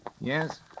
Yes